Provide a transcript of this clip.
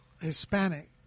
Hispanic